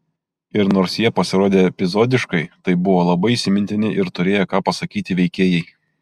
ir nors jie pasirodė epizodiškai tai buvo labai įsimintini ir turėję ką pasakyti veikėjai